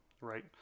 right